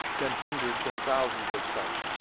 than hundreds and thousands of such.